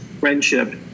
friendship